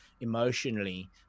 emotionally